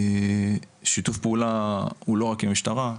שיתוף פעולה הוא לא רק עם המשטרה,